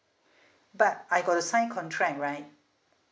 but I got to sign contract right